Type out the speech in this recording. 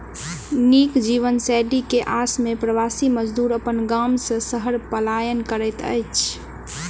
नीक जीवनशैली के आस में प्रवासी मजदूर अपन गाम से शहर पलायन करैत अछि